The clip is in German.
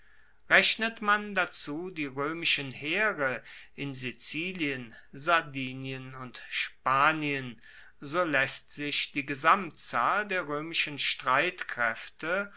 rechnet man dazu die roemischen heere in sizilien sardinien und spanien so laesst sich die gesamtzahl der roemischen streitkraefte